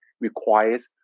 requires